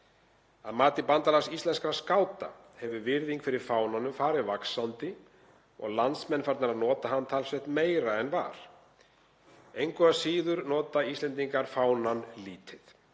Að mati Bandalags íslenskra skáta hefur virðing fyrir fánanum farið vaxandi og landsmenn farnir að nota hann talsvert meira en var. Engu að síður nota Íslendingar fánann lítið,